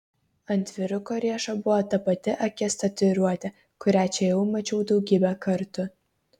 ant vyruko riešo buvo ta pati akies tatuiruotė kurią čia jau mačiau daugybę kartų